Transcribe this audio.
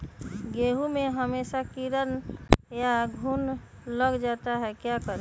गेंहू में हमेसा कीड़ा या घुन लग जाता है क्या करें?